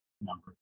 number